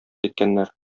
иткәннәр